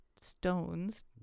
stones